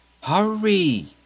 Hurry